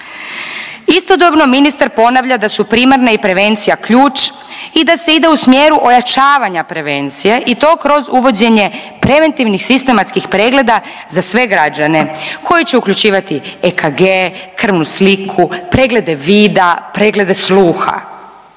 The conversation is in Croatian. Istodobno, ministar ponavlja da su primarna i prevencija ključ i da se ide u smjeru ojačavanja prevencije i to kroz uvođenje preventivnih sistematskih pregleda za sve građane koji će uključivati EKG, krvnu sliku, preglede vida, preglede sluha